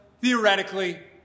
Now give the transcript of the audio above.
theoretically